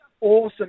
awesome